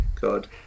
God